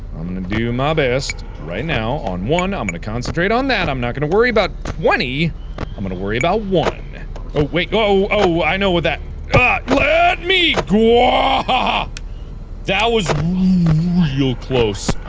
i'm gonna do my best right now on one i'm gonna concentrate on that i'm not gonna worry about twenty i'm gonna worry about one oh wait oh oh i know with that let me go ah that was real close